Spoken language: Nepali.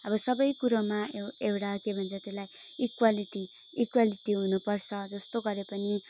अब सबै कुरोमा ए एउटा के भन्छ त्यसलाई इक्वालिटी इक्वालिटी हुनुपर्छ जस्तो गरे पनि